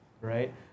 right